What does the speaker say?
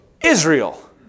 Israel